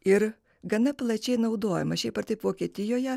ir gana plačiai naudojamas šiaip ar taip vokietijoje